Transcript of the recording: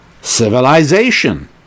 Civilization